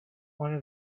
one